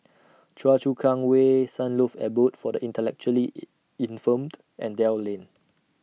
Choa Chu Kang Way Sunlove Abode For The Intellectually Infirmed and Dell Lane